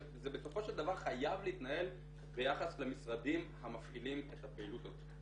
זה בסופו של דבר חייב להתנהל ביחס למשרדים המפעילים את הפעילות הזאת.